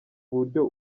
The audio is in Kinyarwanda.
buryo